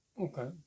Okay